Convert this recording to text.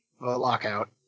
lockout